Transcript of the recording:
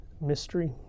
Mystery